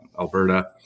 Alberta